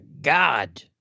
God